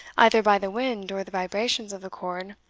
either by the wind or the vibrations of the cord,